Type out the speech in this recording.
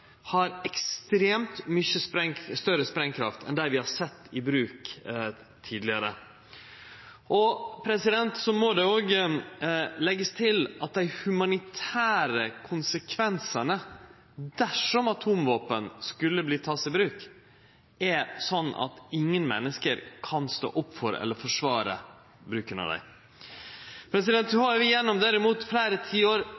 har i dag, har ekstremt mykje større sprengkraft enn dei vi har sett i bruk tidlegare. Det må òg leggjast til at dei humanitære konsekvensane – dersom atomvåpen vert tekne i bruk – er slik at ingen menneske kan stå opp for eller forsvare bruken av dei. Det har gjennom fleire tiår